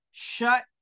Shut